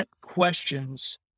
questions